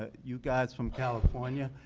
ah you guys from california,